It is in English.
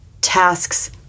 tasks